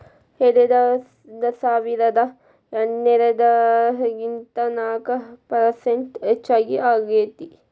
ಎರೆಡಸಾವಿರದಾ ಹನ್ನೆರಡರಾಗಿನಕಿಂತ ನಾಕ ಪರಸೆಂಟ್ ಹೆಚಗಿ ಆಗೇತಿ